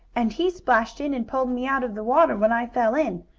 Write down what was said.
and he splashed in and pulled me out of the water when i fell in,